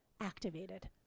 activated